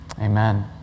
Amen